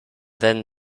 then